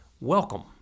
welcome